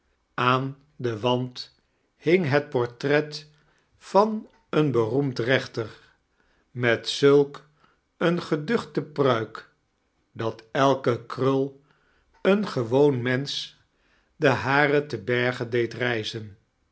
aan den wand hing het portret van een beroemd reenter met zulk een geduchte pruik dat elk krul een gewoon menech de haren te berge deed rrjzen